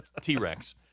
T-Rex